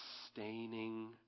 sustaining